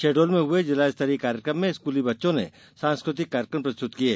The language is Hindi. शहडोल में हुये जिलास्तरीय कार्यक्रम में स्कूली बच्चों ने सांस्कृतिक कार्यक्रम प्रस्तुत किये